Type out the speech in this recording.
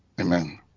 amen